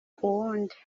kuwundi